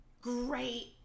great